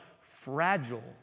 fragile